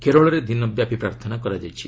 କେରଳରେ ଦିନ ବ୍ୟାପୀ ପ୍ରାର୍ଥନା କରାଯାଇଛି